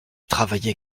travaillé